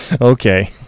Okay